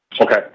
Okay